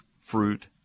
fruit